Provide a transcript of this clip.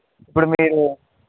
ఇప్పుడు మీరు